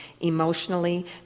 emotionally